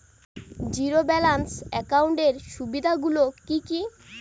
Zero balance একাউন্টের সুবিধা গুলি কি কি?